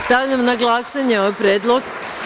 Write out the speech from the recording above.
Stavljam na glasanje ovaj predlog.